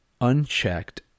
unchecked